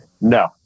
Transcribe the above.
No